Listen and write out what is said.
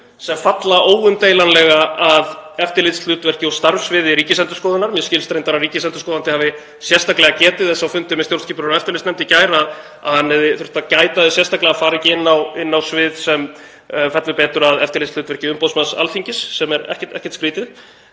sem falla óumdeilanlega að eftirlitshlutverki og starfssviði Ríkisendurskoðunar, mér skilst reyndar að ríkisendurskoðandi hafi sérstaklega getið þess á fundi með stjórnskipunar- og eftirlitsnefnd í gær að hann hefði þurft að gæta þess sérstaklega að fara ekki inn á svið sem fellur betur að eftirlitshlutverki umboðsmanns Alþingis, sem er ekkert skrýtið.